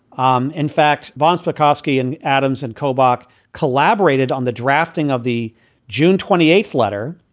um in fact, von spakovsky and adams and kobuk collaborated on the drafting of the june twenty eight letter,